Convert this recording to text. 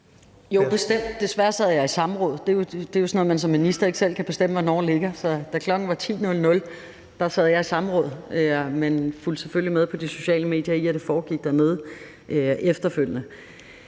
Jo, bestemt, men desværre sad jeg i samråd. Det er jo sådan noget, man som minister ikke selv kan bestemme hvornår ligger. Så da klokken var 10.00, sad jeg i samråd, men fulgte selvfølgelig med på de sociale medier i, hvad der foregik dernede, efterfølgende.